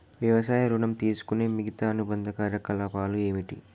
వ్యవసాయ ఋణం తీసుకునే మిగితా అనుబంధ కార్యకలాపాలు ఏమిటి?